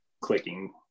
clicking